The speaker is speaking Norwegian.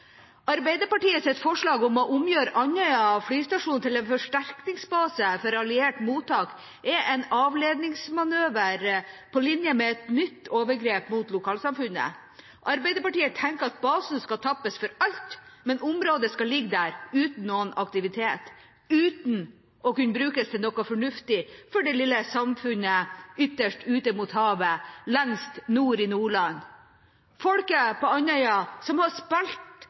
forslag om å omgjøre Andøya flystasjon til en forsterkningsbase for alliert mottak er en avledningsmanøver på linje med et nytt overgrep mot lokalsamfunnet. Arbeiderpartiet tenker at basen skal tappes for alt, men området skal ligge der uten noen aktivitet, uten å kunne brukes til noe fornuftig for det lille samfunnet ytterst ute mot havet, lengst nord i Nordland. Folket på Andøya, som har spilt